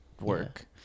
work